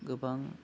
गोबां